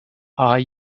are